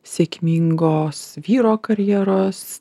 sėkmingos vyro karjeros